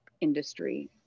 industry